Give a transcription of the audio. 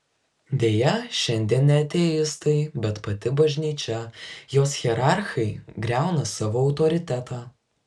deja šiandien ne ateistai bet pati bažnyčia jos hierarchai griauna savo autoritetą